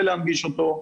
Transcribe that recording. ולהנגיש אותו.